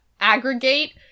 aggregate